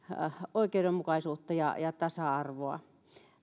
oikeudenmukaisuutta ja ihmisten tasa arvoa